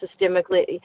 systemically